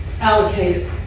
allocated